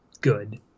good